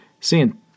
seeing